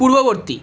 পূর্ববর্তী